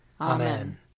Amen